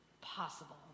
possible